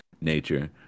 nature